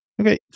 okay